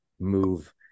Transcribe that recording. move